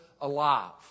alive